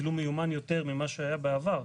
אפילו מיומן יותר ממה שהיה בעבר,